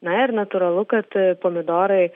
na ir natūralu kad pomidorai